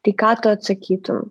tai ką tu atsakytum